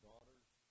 daughters